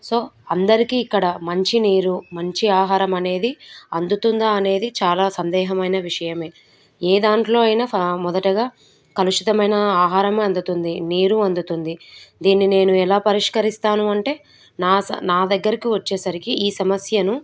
so అందరికీ ఇక్కడ మంచినీరు మంచి ఆహారం అనేది అందుతుందా అనేది చాలా సందేహమైన విషయమే ఏ దాంట్లో అయినా ఫ మొదటగా కలుషితమైన ఆహారమే అందుతుంది నీరు అందుతుంది దీన్ని నేను ఎలా పరిష్కరిస్తాను అంటే నా స నా దగ్గరికి వచ్చేసరికి ఈ సమస్యను